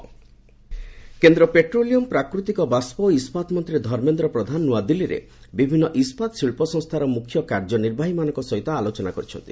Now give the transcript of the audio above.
ପ୍ରଧାନ steel କେନ୍ଦ୍ର petroleum ପ୍ରାକୃତିକ ବାଷ୍କ ଓ ଇସ୍କାତ୍ ମନ୍ତ୍ରୀ ଧର୍ମେନ୍ଦ୍ର ପ୍ରଧାନ ନୂଆଦିଲ୍ଲୀରେ ବିଭିନ୍ନ ଇସ୍କାତ ଶିଳ୍ପସଂସ୍ଥାର ମୁଖ୍ୟ କାର୍ଯ୍ୟନିର୍ବାହୀମାନଙ୍କ ସହିତ ଆଲୋଚନା କରିଛନ୍ତି